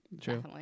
True